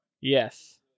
Yes